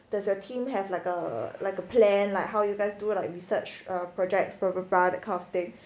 does your team have like a like a plan like how you guys do like research projects blah blah blah that kind of thing